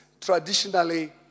traditionally